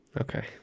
Okay